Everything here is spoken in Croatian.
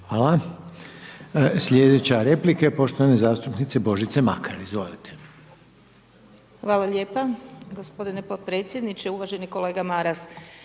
Hvala. Slijedeća replika je poštovane zastupnice Božice Makar, izvolite. **Makar, Božica (HNS)** Hvala lijepa gospodine potpredsjedniče. Uvaženi kolega Maras,